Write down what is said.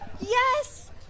Yes